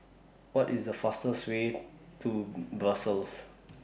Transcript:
What IS The fastest Way to Brussels